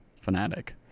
fanatic